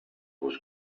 was